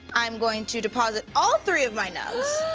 i am going to deposit all three of my nugs,